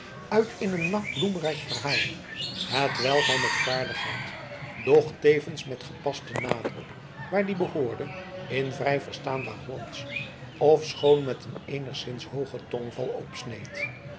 uit in een lang en bloemrijk verhaal hetwelk hij met vaardigheid doch tevens met gepasten nadruk waar die behoorde in vrij verstaanbaar hollandsch ofschoon met een eenigszins hoogen tongval opsneed